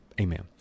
amen